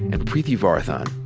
and preeti varathan.